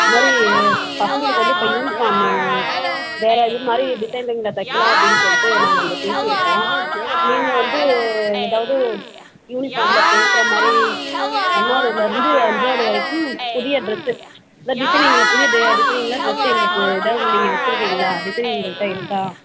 இது மாதிரி பசங்களுக்கு வந்து இப்போ யூனிஃபார்மு வேறே இது மாதிரி டிசைனிங்கில் தைக்கலாம் அப்படின்னு சொல்லிட்டு நாங்கள் இங்கே பேசியிருக்கோம் நீங்கள் வந்து ஏதாவுது யூனிஃபார்மில் பேசுகிற மாதிரி ஒன்றாவுதுலேருந்து அஞ்சாவது வரைக்கும் புதிய ட்ரெஸ்ஸு இல்லை டிசைனிங்கில் புதிய டி டிசைனிங்கில் ட்ரெஸ்ஸு எங்களுக்கு ஏதாவது நீங்கள் வச்சிருக்கீங்களா டிசைனிங் உங்கள்கிட்ட இருக்கா